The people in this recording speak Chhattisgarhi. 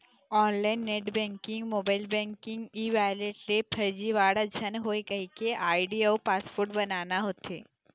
online net banking, mobile banking, e wallet ले फरजीवाड़ा झन होए कहिके आईडी अउ पासवर्ड बनाना होथे